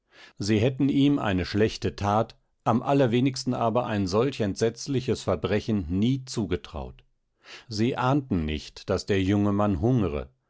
sie hätten ihm eine schlechte tat am allerwenigsten aber ein solch entsetzliches verbrechen nie zugetraut sie ahnten nicht daß der junge mann hungre